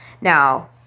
Now